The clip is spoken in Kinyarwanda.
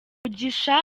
mugisha